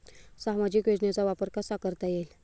सामाजिक योजनेचा वापर कसा करता येईल?